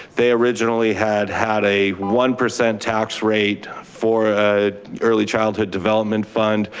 they originally had had a one percent tax rate for early childhood development fund,